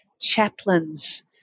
chaplains